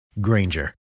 Granger